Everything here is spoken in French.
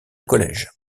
collège